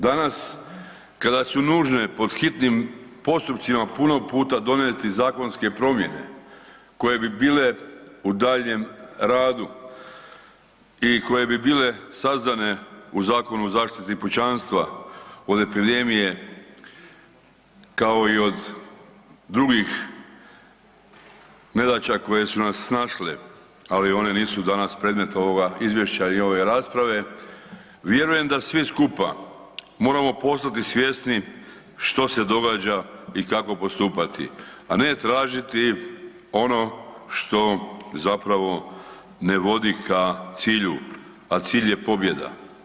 Danas kada su nužne pod hitnim postupcima puno puta donijeti zakonske promjene koje bi bile u daljnjem radu i koje bi bile sazdane u Zakonu o zaštiti pučanstva od epidemije kao i od drugih nedaća koje su nas snašle, ali one nisu danas predmet ovoga izvješća i ove rasprave, vjerujem da svi skupa moramo postati svjesni što se događa i kako postupati, a ne tražiti ono što vodi k cilju, a cilj je pobjeda.